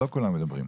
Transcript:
לא כולם מדברים.